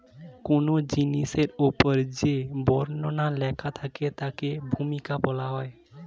কোন জিনিসের উপর যে বর্ণনা লেখা থাকে তাকে ভূমিকা বলা হয়